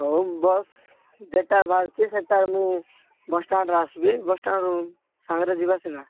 ହଉ ବସ୍ ଯେଟା ବାଜଛି ସେଟାରେ ମୁଇଁ ବସ୍ଷ୍ଟାଣ୍ଡ୍ରେ ଆସିବି ବସ୍ଷ୍ଟାଣ୍ଡ୍ରୁ ସାଙ୍ଗରେ ଯିବା ସିନା